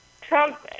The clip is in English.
Trump